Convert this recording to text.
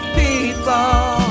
people